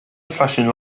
flashing